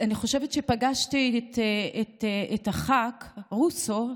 אני חושבת שפגשתי את חה"כ רוסו,